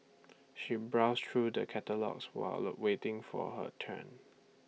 she browsed through the catalogues while low waiting for her turn